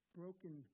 broken